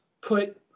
put